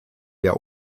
der